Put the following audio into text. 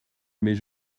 mais